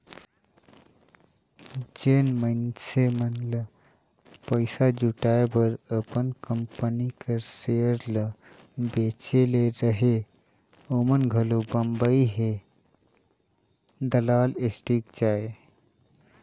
जेन मइनसे मन ल पइसा जुटाए बर अपन कंपनी कर सेयर ल बेंचे ले रहें ओमन घलो बंबई हे दलाल स्टीक जाएं